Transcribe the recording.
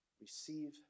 receive